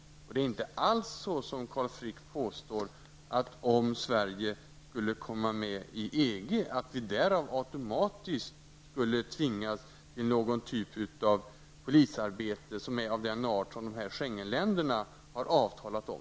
Det är inte alls så som Carl Frick påstår, att Sverige vid ett eventuellt medlemskap i EG automatiskt tvingas till någon typ av polisarbete som är av den art som Schengenländerna har avtalat om.